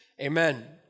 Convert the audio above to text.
Amen